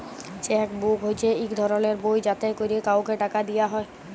cheque book হছে ইক ধরলের বই যাতে ক্যরে কাউকে টাকা দিয়া হ্যয়